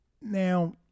Now